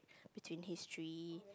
between history